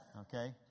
Okay